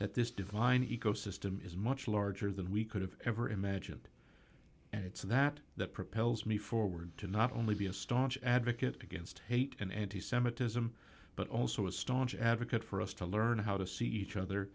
that this divine ecosystem is much larger than we could have ever imagined and it's that that propels me forward to not only be a staunch advocate against hate an anti semitism but also a staunch advocate for us to learn how to see each other